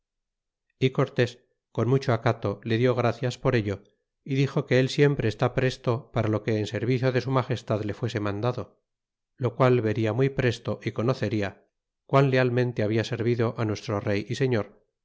y cortés con mucho acato le dió gracias por ello y dixo que él siempre está presto para lo que en servicio de su magestad le fuese mandado lo qual venia muy presto y conocerla quan lealmente halda servido nuestro rey y señor